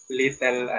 little